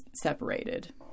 separated